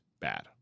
bad